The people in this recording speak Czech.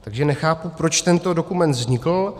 Takže nechápu, proč tento dokument vznikl.